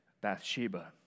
Bathsheba